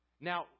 Now